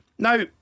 Now